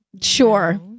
Sure